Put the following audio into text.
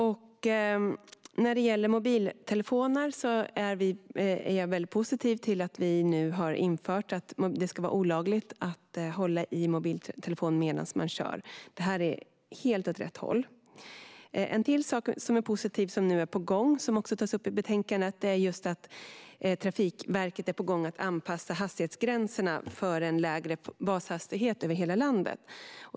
Jag är väldigt positiv till att vi nu har gjort det olagligt att hålla i en mobiltelefon medan man kör. Detta går åt helt rätt håll. En till sak som är positiv och som nu är på gång och tas upp i betänkandet är att Trafikverket ska anpassa hastighetsgränserna för en lägre bashastighet över hela landet.